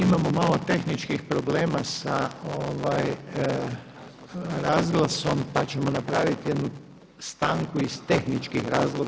Imamo malo tehničkih problema sa razglasom pa ćemo napraviti jednu stanku iz tehničkih razloga.